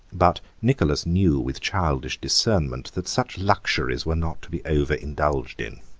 but nicholas knew, with childish discernment, that such luxuries were not to be over-indulged in.